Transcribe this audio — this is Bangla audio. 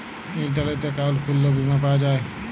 ইলটারলেট একাউল্ট খুইললেও বীমা পাউয়া যায়